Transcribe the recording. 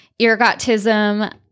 ergotism